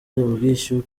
ubwishyu